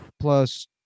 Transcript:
plus